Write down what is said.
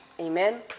Amen